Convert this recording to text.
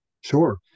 Sure